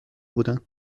بودن